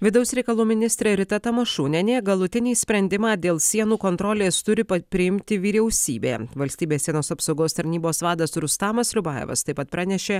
vidaus reikalų ministrė rita tamašunienė galutinį sprendimą dėl sienų kontrolės turi priimti vyriausybė valstybės sienos apsaugos tarnybos vadas rustamas liubajevas taip pat pranešė